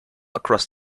across